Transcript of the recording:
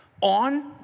on